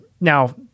now